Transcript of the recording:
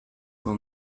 will